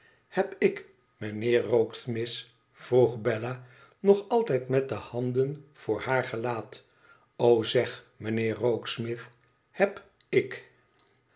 heb ik mijnheer rokesmith vroeg bella nog altijd met de handen voor haar gelaat o zeg mijnheer rokesmith heb ik